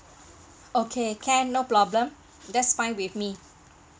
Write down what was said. okay can no problem that's fine with me